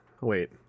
wait